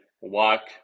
walk